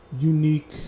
unique